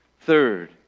Third